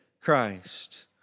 Christ